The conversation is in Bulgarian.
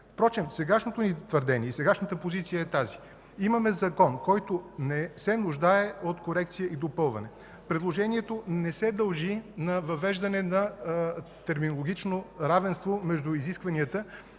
Впрочем сегашното твърдение и сегашната ни позиция е, че имаме Закон, който не се нуждае от корекция и допълване. Предложението не се дължи на въвеждане на терминологично равенство между изискванията